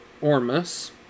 ormus